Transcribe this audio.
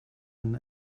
man